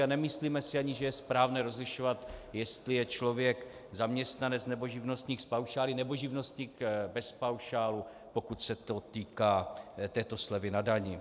A nemyslíme si ani, že je správné rozlišovat, jestli je člověk zaměstnanec, nebo živnostník s paušály, nebo živnostník bez paušálu, pokud se to týká této slevy na dani.